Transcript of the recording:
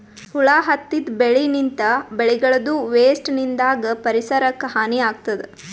ಹುಳ ಹತ್ತಿದ್ ಬೆಳಿನಿಂತ್, ಬೆಳಿಗಳದೂ ವೇಸ್ಟ್ ನಿಂದಾಗ್ ಪರಿಸರಕ್ಕ್ ಹಾನಿ ಆಗ್ತದ್